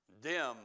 dim